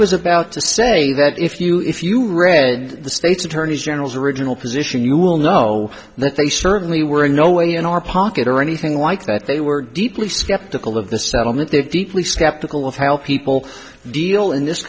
was about to say that if you if you read the state's attorney general's original position you will know that they certainly were in no way in our pocket or anything like that they were deeply skeptical of the settlement they deeply skeptical of how people deal in this